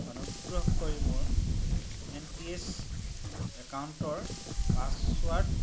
অনুগ্ৰহ কৰি মোৰ এন পি এছ একাউণ্টৰ পাছৱাৰ্ড